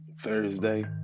Thursday